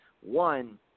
One